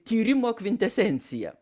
tyrimo kvintesencija